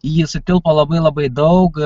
į jį sutilpo labai labai daug